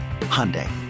Hyundai